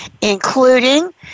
including